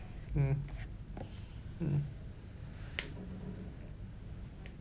mm mm